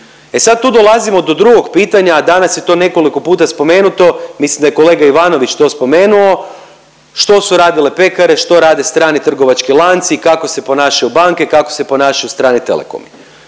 E sad tu dolazimo do drugog pitanja, a danas je to nekoliko puta spomenuto, mislim da je kolega Ivanović to spomenuo, što su radile pekare, što rade strani trgovački lanci, kako se ponašaju banke, kako se ponašaju strani telekomi.